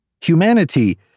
Humanity